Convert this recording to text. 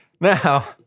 Now